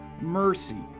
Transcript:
mercy